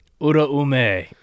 Uraume